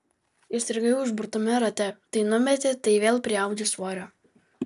įstrigai užburtame rate tai numeti tai vėl priaugi svorio